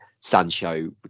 Sancho